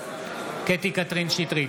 קטי קטרין שטרית,